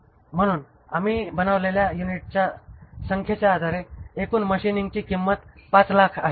म्हणून आम्ही बनवलेल्या युनिटच्या संख्येच्या आधारे एकूण मशीनिंगची किंमत 500000 आहे